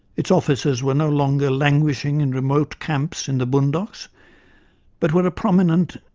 its officers were no longer languishing in remote camps in the boondocks but were a prominent,